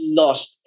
lost